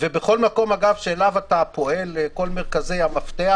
בכל מקום שבו פועלים, כל מרכזי המפתח